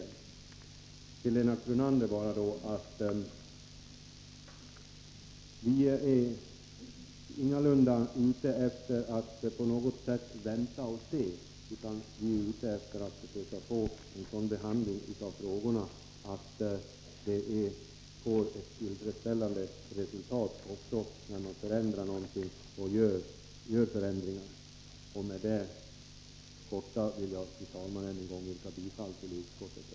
Till Lennart Brunander: Vi vill ingalunda bara vänta och se, utan vi försöker få en sådan behandling av frågorna att arbetet får tillfredsställande resultat. Med detta, fru talman, vill jag än en gång yrka bifall till utskottets hemställan.